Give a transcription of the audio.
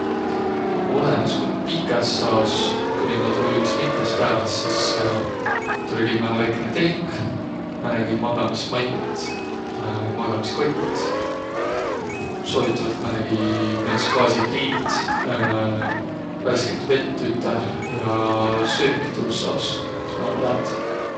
Olõnõs, ku pikäs aos, ku niimuudu iks mitmõs pääväs, sis tulõ kimmähe väikene telk, määnegi magamismatt, magamiskott, soovitavalt määnegi näütüses gaasipliit, värsket vett üteh ja süüki tuus aos ku saq läät.